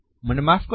મને માફ કરશો